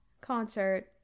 Concert